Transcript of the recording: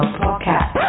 podcast